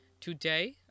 today